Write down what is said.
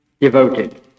devoted